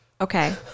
Okay